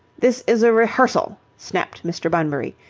this is a rehearsal, snapped mr. bunbury.